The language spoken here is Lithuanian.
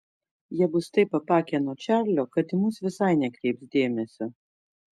jie bus taip apakę nuo čarlio kad į mus visai nekreips dėmesio